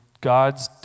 God's